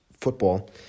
football